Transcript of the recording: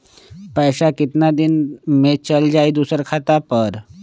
पैसा कितना दिन में चल जाई दुसर खाता पर?